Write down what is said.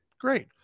great